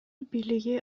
бийлиги